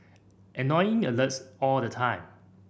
annoying alerts all the time